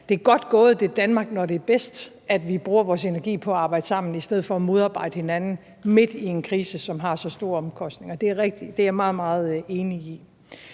det er godt gået – det er Danmark, når det er bedst – at vi bruger vores energi på at arbejde sammen i stedet for at modarbejde hinanden midt i en krise, som har så store omkostninger. Det er jeg meget, meget enig i.